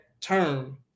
term